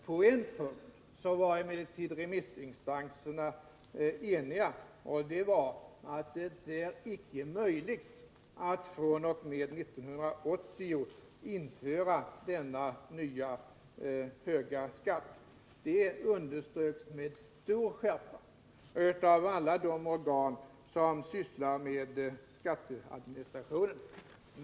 På en punkt var emellertid remissinstanserna eniga, nämligen att det inte var möjligt att fr.o.m. 1980 införa denna nya, höga skatt. Det underströks med stor skärpa av alla organ som sysslar med skatteadministration.